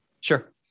Sure